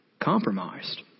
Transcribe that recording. compromised